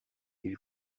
ils